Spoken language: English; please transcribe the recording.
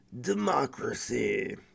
democracy